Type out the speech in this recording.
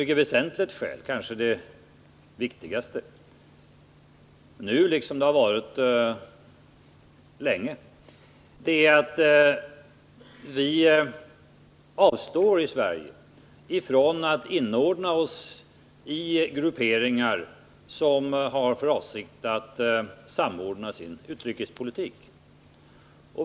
Ett väsentligt skäl, kanske det viktigaste, är att vi i Sverige vill avstå från att inordna oss i grupperingar, vars avsikt är att samordna sin utrikespolitik.